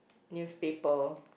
newspaper